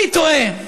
אני תוהה: